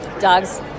Dogs